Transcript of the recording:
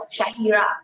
Shahira